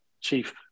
chief